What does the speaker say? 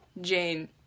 Jane